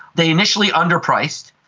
they initially under-priced,